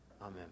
Amen